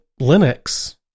Linux